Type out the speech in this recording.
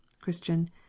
Christian